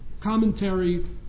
commentary